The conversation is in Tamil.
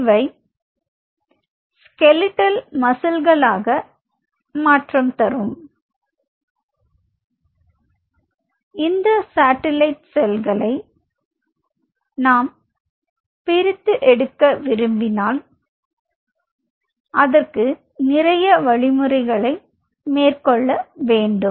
இவை ஸ்கெலிடல் மசில்ளாக மாற்றம் தரும் இந்த சாட்டிலைட் செல்களை நாம் பிரித்து எடுக்க விரும்பினால் அதற்கு நிறைய வழி முறைகளை மேற்கொள்ள வேண்டும்